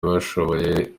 basohoye